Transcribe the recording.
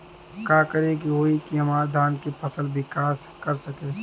का करे होई की हमार धान के फसल विकास कर सके?